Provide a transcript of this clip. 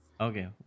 Okay